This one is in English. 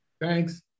Thanks